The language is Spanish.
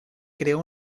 creó